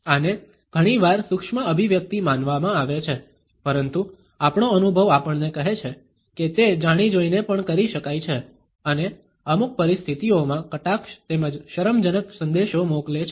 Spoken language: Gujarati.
આને ઘણીવાર સૂક્ષ્મ અભિવ્યક્તિ માનવામાં આવે છે પરંતુ આપણો અનુભવ આપણને કહે છે કે તે જાણીજોઈને પણ કરી શકાય છે અને અમુક પરિસ્થિતિઓમાં કટાક્ષ તેમજ શરમજનક સંદેશો મોકલે છે